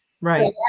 Right